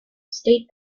state